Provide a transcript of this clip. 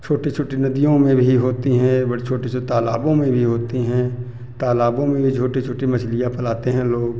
छोटी छोटी नदियों में भी होती हैं बड़ी छोटी से तालाबों में भी होती हैं तालाबों में भी छोटी छोटी मछलियाँ पलाते हैं लोग